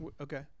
Okay